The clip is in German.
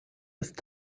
ist